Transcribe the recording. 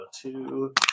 two